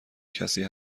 کسی